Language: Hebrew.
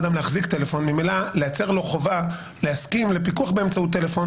ממילא לייצר לו חובה להסכים באמצעות טלפון